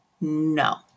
No